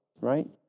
right